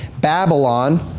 Babylon